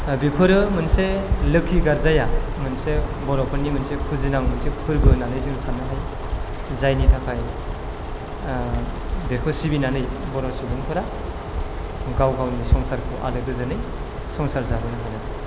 बेफोरो मोनसे लोखि गार्जाया मोनसे बर'फोरनि मोनसे फुजिनां मोनसे फोरबो हाेननानै जों साननो हायो जायनि थाखाय बेखौ सिबिनानै बर' सुबुंफोरा गाव गावनि संसारखौ आलो गोजोनै संसार जाबोनो हादों